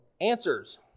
answers